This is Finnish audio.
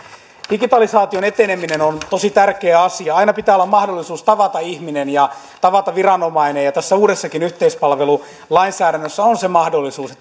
digitalisaation eteneminen on tosi tärkeä asia aina pitää olla mahdollisuus tavata ihminen ja tavata viranomainen ja tässä uudessakin yhteispalvelulainsäädännössä on se mahdollisuus